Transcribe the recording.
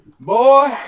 boy